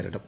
നേരിടും